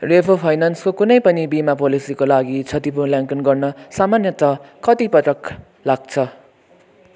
रेफो फाइनेन्सको कुनै पनि बिमा पोलिसीको लागि क्षति मूल्याङ्कन गर्न सामान्यत कति पटक लाग्छ